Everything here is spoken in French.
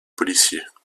policier